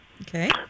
Okay